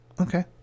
okay